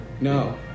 no